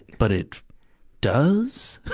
but it does?